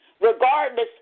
regardless